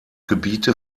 gebiete